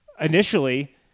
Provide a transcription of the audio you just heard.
initially